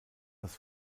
das